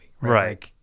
Right